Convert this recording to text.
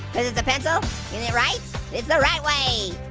cause it's a pencil and it writes? it's the right way.